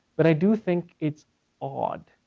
but i do think it's odd.